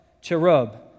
Cherub